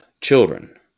children